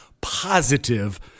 positive